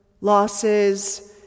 losses